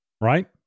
right